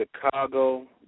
Chicago